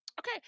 Okay